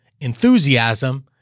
enthusiasm